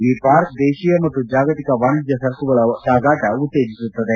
ಈ ಪಾರ್ಕ್ ದೇಶೀಯ ಮತ್ತು ಜಾಗತಿಕ ವಾಣಿಜ್ಯ ಸರಕುಗಳ ಸಾಗಾಟ ಉತ್ತೇಜಿಸುತ್ತದೆ